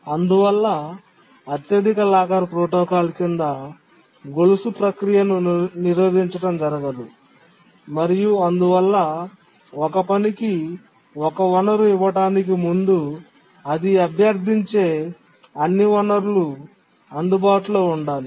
అందువల్ల అత్యధిక locker protocol కింద గొలుసు ప్రక్రియను నిరోధించడం జరగదు మరియు అందువల్ల ఒక పనికి ఒక వనరు ఇవ్వడానికి ముందు అది అభ్యర్థించే అన్ని వనరులు అందుబాటులో ఉండాలి